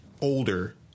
older